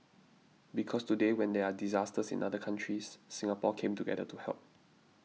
because today when there are disasters in other countries Singapore came together to help